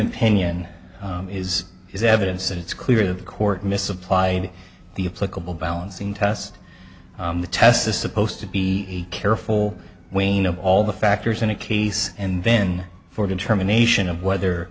opinion is is evidence that it's clear the court misapplied the a political balancing test the test is supposed to be careful wayne of all the factors in a case and then for a determination of whether